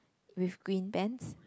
with green pants